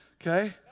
okay